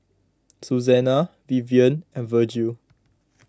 Suzanna Vivian and Vergil